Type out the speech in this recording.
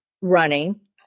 running